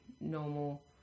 normal